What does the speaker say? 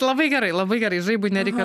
labai gerai labai gerai nereikia